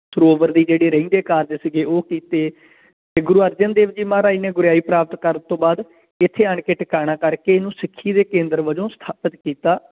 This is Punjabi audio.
ਸਰੋਵਰ ਦੀ ਜਿਹੜੀ ਰਹਿੰਦੇ ਕਾਰਜ ਸੀਗੇ ਉਹ ਕੀਤੇ ਅਤੇ ਗੁਰੂ ਅਰਜਨ ਦੇਵ ਜੀ ਮਹਾਰਾਜ ਨੇ ਗੁਰਿਆਈ ਪ੍ਰਾਪਤ ਕਰਨ ਤੋਂ ਬਾਅਦ ਇੱਥੇ ਆਣ ਕੇ ਟਿਕਾਣਾ ਕਰਕੇ ਇਹਨੂੰ ਸਿੱਖੀ ਦੇ ਕੇਂਦਰ ਵਜੋਂ ਸਥਾਪਿਤ ਕੀਤਾ